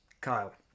Kyle